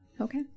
Okay